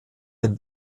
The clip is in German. den